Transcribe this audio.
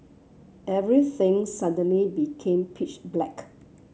everything suddenly became pitch black